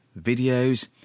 videos